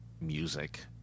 music